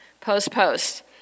Post-post